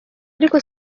ariko